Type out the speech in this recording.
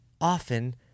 often